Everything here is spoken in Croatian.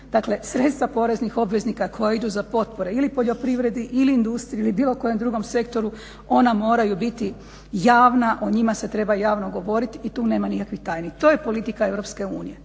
Dakle, sredstva poreznih obveznika koja idu za potpore ili poljoprivredi, ili industriji, ili bilo kojem drugom sektoru, ona moraju biti javna, o njima se treba javno govoriti i tu nema nikakvih tajni. To je politika EU.